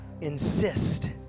insist